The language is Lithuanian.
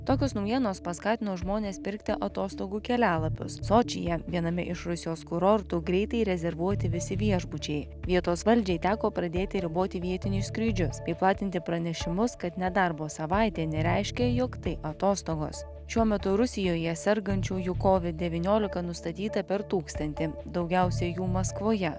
tokios naujienos paskatino žmones pirkti atostogų kelialapius sočyje viename iš rusijos kurortų greitai rezervuoti visi viešbučiai vietos valdžiai teko pradėti riboti vietinius skrydžius bei platinti pranešimus kad nedarbo savaitė nereiškia jog tai atostogos šiuo metu rusijoje sergančiųjų kovid devyniolika nustatyta per tūkstantį daugiausiai jų maskvoje